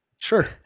Sure